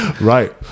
right